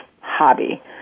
hobby